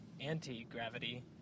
anti-gravity